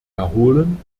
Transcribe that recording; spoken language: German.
erholen